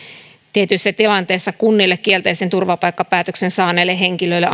tietyissä tilanteissa kielteisen turvapaikkapäätöksen saaneille henkilöille